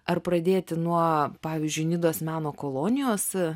ar pradėti nuo pavyzdžiui nidos meno kolonijos